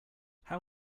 how